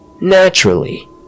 Naturally